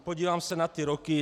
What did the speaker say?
Podívám se na ty roky.